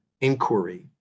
inquiry